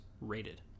rated